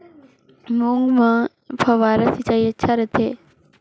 मूंग मे फव्वारा सिंचाई अच्छा रथे?